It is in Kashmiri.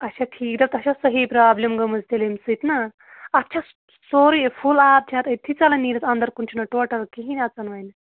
اچھا ٹھیٖک دپ تۄہہِ چھَو صحیح پرٛابلِم گٔمٕژ تیٚلہِ اَمہِ سۭتۍ نا اَتھ چھےٚ سورُے فُل آب چھِ اَتھ أتھی ژَلان نیٖرِتھ اَنٛدر کُن چھُنَہ ٹوٹَل کِہیٖنۍ اَژَن وَنہِ